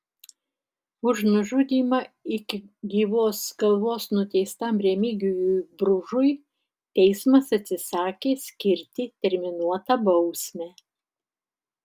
už nužudymą iki gyvos galvos nuteistam remigijui bružui teismas atsisakė skirti terminuotą bausmę